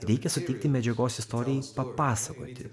reikia suteikti medžiagos istorijai papasakoti